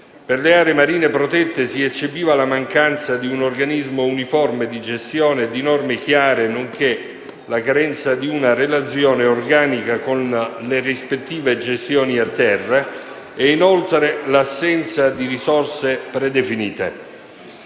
Per le aree marine protette si eccepiva la mancanza di un organismo uniforme di gestione e di norme chiare, nonché la carenza di una relazione organica con le rispettive gestioni a terra e, inoltre, l'assenza di risorse predefinite.